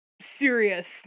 serious